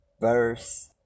verse